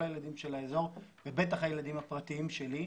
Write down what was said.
כל הילדים של האזור ובטח הילדים הפרטיים שלי,